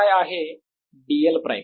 काय आहे dl prime